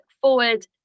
forward